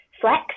flex